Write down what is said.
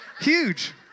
huge